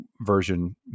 version